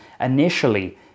Initially